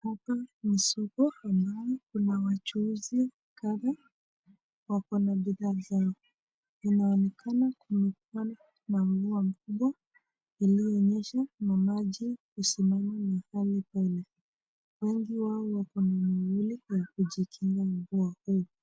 Hapa ni soko ambalo kuna wachuzi kadhaa wako na bidhaa zao. Inaonekana kumekuwa na mvua mkubwa iliyonyesha na maji kusimama mahali pale. Wengine wao wako na mauli ya kujikinga mvua huo.